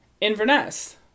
Inverness